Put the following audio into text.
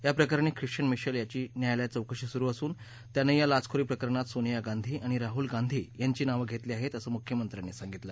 या प्रकरणी खिस्चन मिशेल यांची न्यायालयात चौकशी सुरु असून त्यांनं या लाचखोरी प्रकरणात सोनिया गांधी आणि राहूल गांधी यांची नावं घेतली आहेत असं मुख्यमंत्र्यांनी सांगितलं